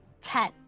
ten